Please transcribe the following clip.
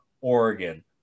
Oregon